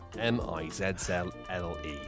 M-I-Z-Z-L-L-E